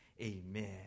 amen